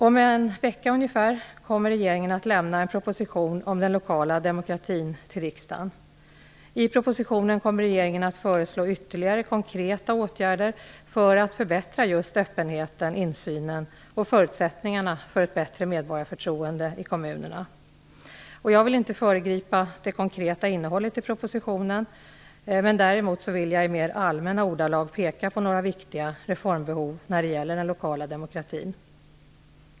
Om ungefär en vecka kommer regeringen att lämna en proposition om den lokala demokratin till riksdagen. I propositionen kommer regeringen att föreslå ytterligare konkreta åtgärder för att förbättra just öppenheten, insynen och förutsättningarna för ett bättre medborgarförtroende i kommunerna. Jag vill inte föregripa det konkreta innehållet i propositionen. Däremot vill jag i mer allmänna ordalag peka på några viktiga reformbehov när det gäller den lokala demokratin.